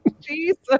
Jesus